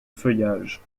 feuillage